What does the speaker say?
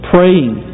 Praying